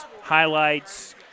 highlights